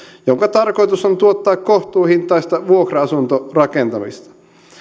jonka tarkoitus on tuottaa kohtuuhintaista vuokra asuntorakentamista